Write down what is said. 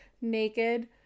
naked